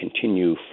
continue